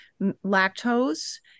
lactose